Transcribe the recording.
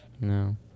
No